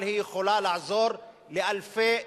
אבל היא יכולה לעזור לאלפי סטודנטים.